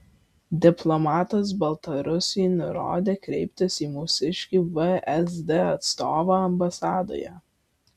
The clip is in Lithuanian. diplomatas baltarusiui nurodė kreiptis į mūsiškį vsd atstovą ambasadoje